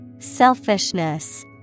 Selfishness